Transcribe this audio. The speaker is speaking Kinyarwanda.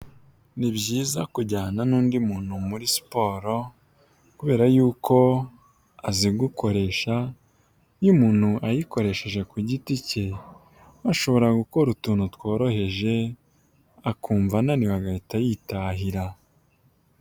Ni byiza kujyana n'undi muntu muri siporo kubera y'uko azikoresha, iyo umunyu ayikoresheje ku giti ke, ashobora gukora utuntu tworoheje akumva ananiwe agahita yitahira.